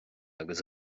agus